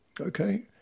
okay